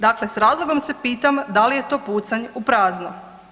Dakle, s razlogom se pitam da li je to pucanj u prazno?